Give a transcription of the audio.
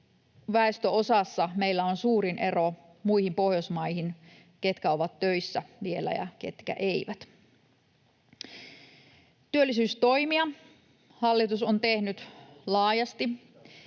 väestönosassa meillä on suurin ero muihin Pohjoismaihin, ketkä ovat töissä vielä ja ketkä eivät. Työllisyystoimia hallitus on tehnyt laajasti.